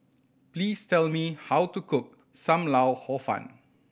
please tell me how to cook Sam Lau Hor Fun